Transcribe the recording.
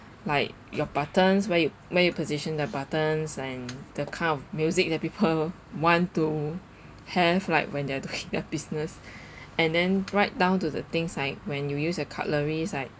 like your buttons where you where you position the buttons and the kind of music that people want to have like when they're doing their business and then right down to the things like when you use your cutlery like